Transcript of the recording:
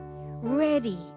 ready